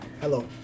Hello